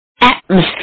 atmosphere